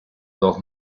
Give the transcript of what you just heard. dos